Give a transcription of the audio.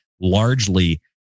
largely